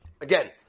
Again